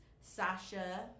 Sasha